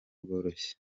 bworoshye